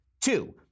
Two